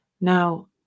Now